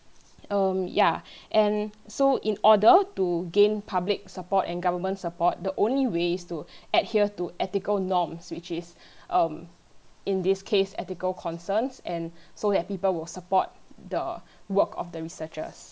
um ya and so in order to gain public support and government support the only ways to adhere to ethical norms which is um in this case ethical concerns and so that people would support the work of the researchers